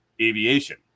aviation